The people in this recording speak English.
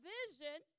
vision